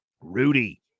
Rudy